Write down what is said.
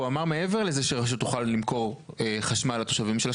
אבל הוא גם אמר שהרשות תוכל מעבר לזה למכור חשמל לתושבים שלה,